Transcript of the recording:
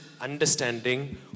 understanding